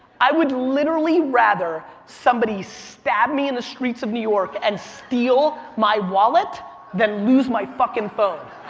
i would literally rather somebody stab me in the streets of new york and steal my wallet than lose my fucking phone.